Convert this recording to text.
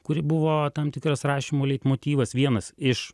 kuri buvo tam tikras rašymo leitmotyvas vienas iš